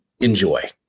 enjoy